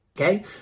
Okay